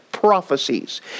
prophecies